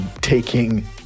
taking